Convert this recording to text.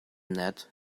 net